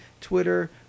Twitter